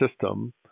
system